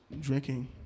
Drinking